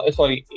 sorry